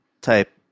type